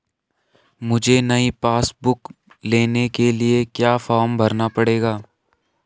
मुझे नयी passbook book लेने के लिए क्या फार्म भरना पड़ेगा?